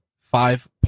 Five